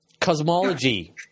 Cosmology